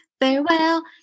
farewell